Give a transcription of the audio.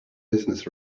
business